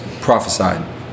prophesied